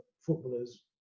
footballers